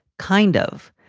kind of,